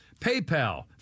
PayPal